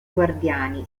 guardiani